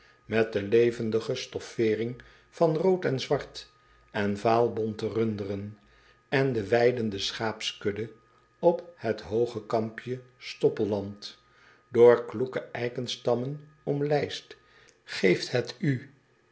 met de levendige stoffering van rood en zwart en vaalbonte runderen en de weidende schaapskudde op het hooge kampje stoppelland door kloeke eikenstammen omlijst geeft het u